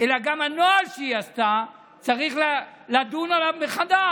אלא גם הנוהל שהיא עשתה, צריך לדון עליו מחדש.